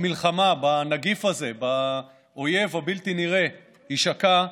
המלחמה בנגיף הזה, באויב הבלתי-נראה, ישקע,